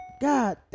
God